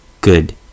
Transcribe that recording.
good